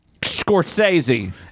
Scorsese